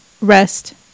rest